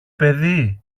παιδί